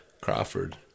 Crawford